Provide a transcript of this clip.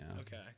Okay